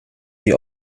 sie